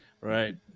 right